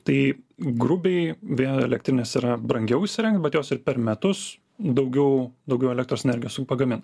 tai grubiai vėjo elektrines yra brangiau įsirengt bet jos ir per metus daugiau daugiau elektros energijos ir pagamina